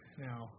Now